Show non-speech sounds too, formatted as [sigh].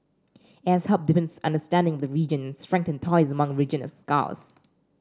it has helped deepen [unintelligible] understanding the region strengthened ties among regional scholars